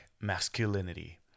masculinity